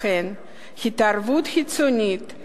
לכן התערבות חיצונית,